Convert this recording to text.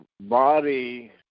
body